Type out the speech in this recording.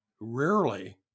Rarely